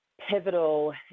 Pivotal